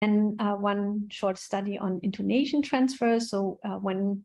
and one short study on intonation transfer